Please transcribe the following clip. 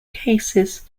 cases